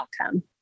outcome